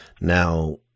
Now